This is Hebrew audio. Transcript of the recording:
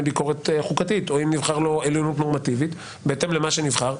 ביקורת חוקתית או אם נבחר לו עליונות נורמטיבית בהתאם למה שנבחר,